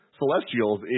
celestials